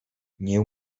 nie